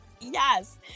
Yes